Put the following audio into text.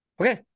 okay